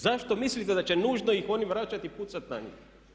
Zašto mislite da će nužno ih oni vraćati i pucati na njih?